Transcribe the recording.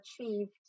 achieved